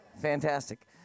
Fantastic